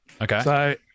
Okay